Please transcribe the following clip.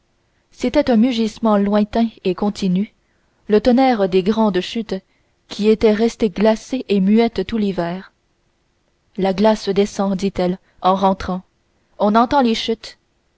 c'était un mugissement lointain et continu le tonnerre des grandes chutes qui étaient restées glacées et muettes tout l'hiver la glace descend dit-elle en rentrant on entend les chutes